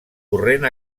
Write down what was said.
corrent